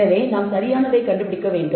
எனவே நாம் சரியானதைக் கண்டுபிடிக்க வேண்டும்